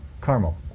Carmel